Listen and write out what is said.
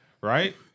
Right